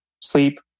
Sleep